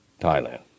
Thailand